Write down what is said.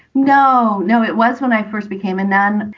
no, no. it was when i first became a nun.